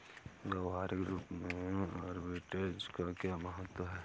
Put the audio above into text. व्यवहारिक रूप में आर्बिट्रेज का क्या महत्व है?